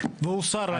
והוא שר היום.